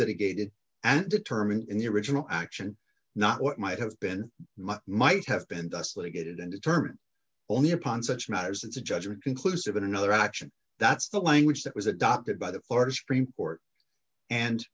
litigated and determine in the original action not what might have been might have been thus they get it and determine only upon such matters it's a judgment conclusive in another option that's the language that was adopted by the florida supreme court and